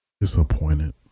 Disappointed